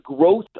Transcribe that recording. growth